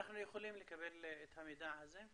אנחנו יכולים לקבל את המידע הזה?